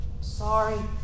sorry